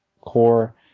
core